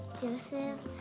Joseph